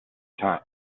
time